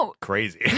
crazy